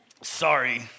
Sorry